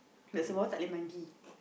but Sembawang tak boleh mandi